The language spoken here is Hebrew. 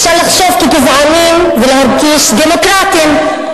אפשר לחשוב כגזענים ולהרגיש דמוקרטים,